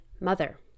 mother